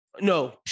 No